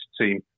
team